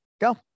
Go